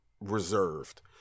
reserved